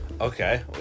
Okay